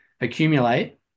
accumulate